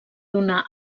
donar